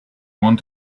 want